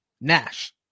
Nash